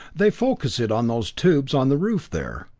they focus it on those tubes on the roof there,